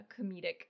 comedic